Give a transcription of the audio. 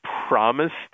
promised